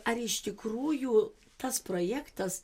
ar iš tikrųjų tas projektas